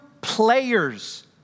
players